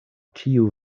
ĉiu